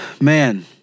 Man